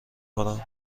کنم